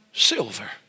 Silver